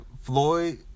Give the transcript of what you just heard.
Floyd